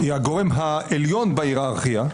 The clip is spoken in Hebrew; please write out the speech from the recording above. היא הגורם העליון בהירארכיה.